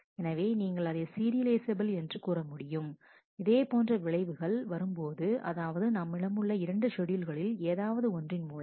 எனவே நீங்கள் அதை சீரியலைஃசபில் என்று கூறமுடியும் இதேபோன்ற விளைவுகள் வரும் போது அதாவது நம்மிடமுள்ள இரண்டு ஷெட்யூல்களில் ஏதாவது ஒன்றின் மூலம்